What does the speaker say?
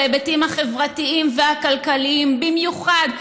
בהיבטים החברתיים והכלכליים במיוחד,